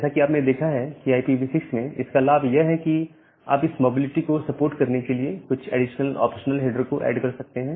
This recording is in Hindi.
जैसा कि आपने देखा है कि IPv6 में इसका लाभ यह है कि आप इस मोबिलिटी को सपोर्ट करने के लिए कुछ एडिशनल ऑप्शनल हेडर्स को ऐड कर सकते हैं